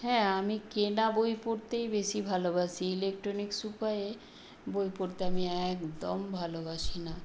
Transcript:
হ্যাঁ আমি কেনা বই পড়তেই বেশি ভালোবাসি ইলেকট্রনিক্স উপায়ে বই পড়তে আমি একদম ভালোবাসি না